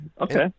Okay